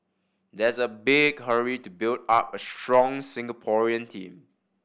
there's a big hurry to build up a strong Singaporean team